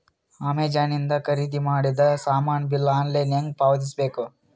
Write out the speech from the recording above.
Amazon ಇಂದ ಖರೀದಿದ ಮಾಡಿದ ಸಾಮಾನ ಬಿಲ್ ಆನ್ಲೈನ್ ಹೆಂಗ್ ಪಾವತಿಸ ಬೇಕು?